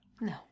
No